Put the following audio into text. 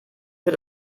für